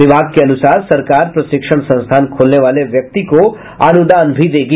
विभाग के अनुसार सरकार प्रशिक्षण संस्थान खोलने वाले व्यक्ति को अनुदान भी देगी